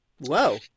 Whoa